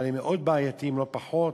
אבל הם מאוד בעייתיים, לא פחות,